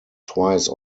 twice